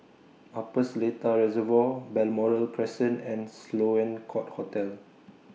Upper Seletar Reservoir Balmoral Crescent and Sloane Court Hotel